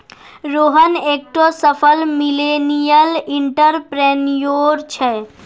रोहन एकठो सफल millennial entrepreneur छै